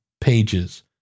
pages